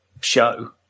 show